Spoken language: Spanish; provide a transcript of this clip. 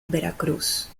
veracruz